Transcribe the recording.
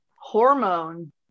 hormone